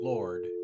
Lord